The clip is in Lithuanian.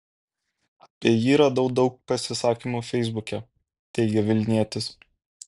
apie jį radau daug pasisakymų feisbuke teigė vilnietis